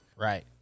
right